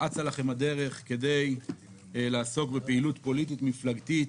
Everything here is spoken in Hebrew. אצה לכם הדרך כדי לעסוק בפעילות פוליטית מפלגתית